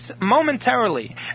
momentarily